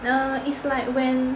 err is like when